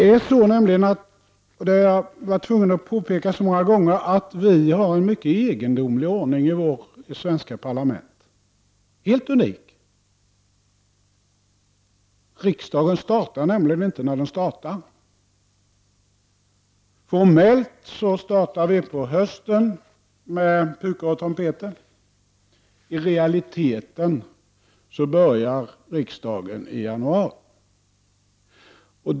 Vi har nämligen, det har jag varit tvungen att påpeka många gånger, en mycket egendomlig och helt unik ordning i vårt svenska parlament. Riksdagen startar nämligen inte när den startar. Formellt startar vi på hösten med pukor och trumpeter. I realiteten börjar riksdagen i januari.